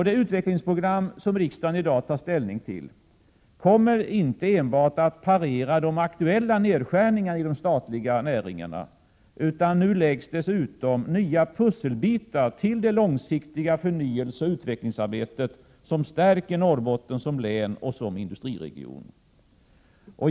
Det utvecklingsprogram som riksdagen i dag tar ställning till kommer inte enbart att parera de aktuella nedskärningarna i de statliga näringarna, utan nu läggs dessutom nya pusselbitar till det långsiktiga förnyelseoch utvecklingsarbete som stärker Norrbotten som län och som industriregion.